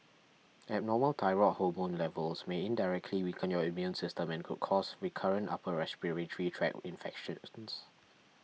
abnormal thyroid hormone levels may indirectly weaken your immune system and could cause recurrent upper respiratory tract infections